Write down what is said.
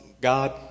God